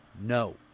No